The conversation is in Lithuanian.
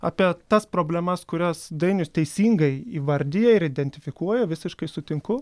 apie tas problemas kurias dainius teisingai įvardija ir identifikuoja visiškai sutinku